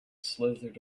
slithered